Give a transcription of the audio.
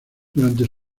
durante